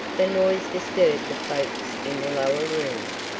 the noise disturbed the folks in the lower rooms,